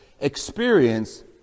experience